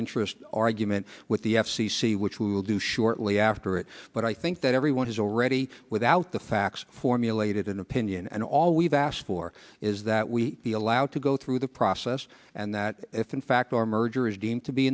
interest argument with the f c c which we will do shortly after it but i think that everyone has already without the facts formulated an opinion and all we've asked for is that we be allowed to go through the process and that if in fact our merger is deemed to be